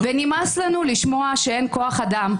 ונמאס לנו לשמוע שאין כוח אדם,